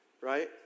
right